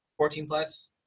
14-plus